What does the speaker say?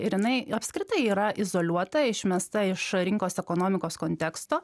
ir jinai apskritai yra izoliuota išmesta iš rinkos ekonomikos konteksto